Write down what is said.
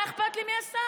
מה אכפת לי מי השר?